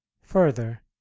further